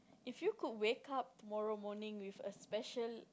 if you could wake up tomorrow morning with a special